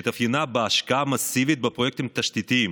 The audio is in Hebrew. שהתאפיינה בהשקעה מסיבית בפרויקטים תשתיתיים,